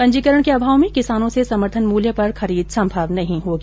पंजीकरण के अभाव में किसानों से समर्थन मूल्य पर खरीद संभव नहीं होगी